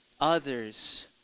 others